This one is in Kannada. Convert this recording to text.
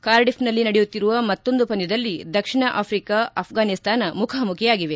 ಕಾರ್ಡಿಫ್ನಲ್ಲಿ ನಡೆಯುತ್ತಿರುವ ಮತ್ತೊಂದು ಪಂದ್ಯದಲ್ಲಿ ದಕ್ಷಿಣ ಆಫ್ರಿಕಾ ಅಫ್ಘಾನಿಸ್ತಾನ ಮುಖಾಮುಖಿಯಾಗಿವೆ